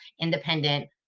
independent